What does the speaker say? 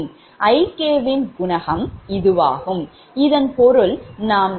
Ikவின் குணகம் இதுவாகும் இதன் பொருள் நாம் இதை V1 V2 Vn